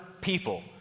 people